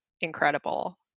incredible